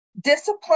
discipline